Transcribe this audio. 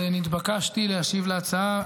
טוב, אז נתבקשתי להשיב על ההצעה